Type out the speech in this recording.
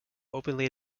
openly